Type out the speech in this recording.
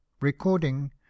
recording